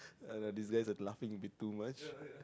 uh these guys are laughing bit too much